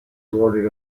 awarded